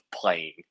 playing